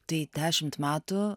tai dešimt metų